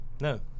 No